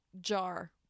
jar